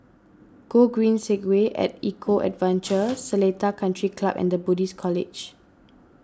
Gogreen Segway at Eco Adventure Seletar Country Club and the Buddhist College